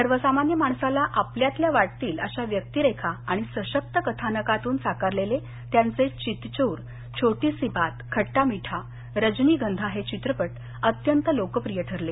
सर्वसामान्य माणसाला आपल्यातल्या वाटतील अशा व्यक्तीरेखा आणि सशक्त कथानकातून साकारलेले त्यांचे चितचोर छोटी सी बात खट्रा मीठा जनीगंधा हे चित्रपट अत्यंत लोकप्रिय ठरले